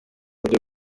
buryo